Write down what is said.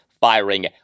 firing